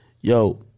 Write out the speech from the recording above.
yo